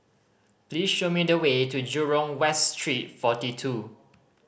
please show me the way to Jurong West Street Forty Two